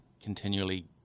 continually